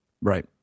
Right